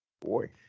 Boy